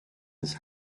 his